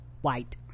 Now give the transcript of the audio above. white